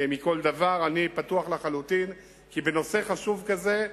אני בטוח לחלוטין כי בנושא חשוב כזה,